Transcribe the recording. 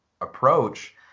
approach